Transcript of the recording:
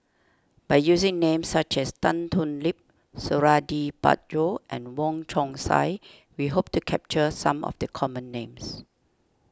by using names such as Tan Thoon Lip Suradi Parjo and Wong Chong Sai we hope to capture some of the common names